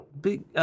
Big